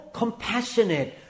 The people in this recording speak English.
compassionate